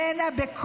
אל תאמין לה.